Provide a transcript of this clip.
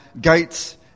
gates